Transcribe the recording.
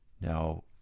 Now